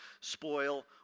spoil